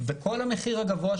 וכל המחיר הגבוה,